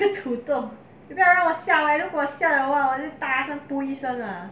那个土豆你不要让我笑 leh 我笑了会大的 一声啊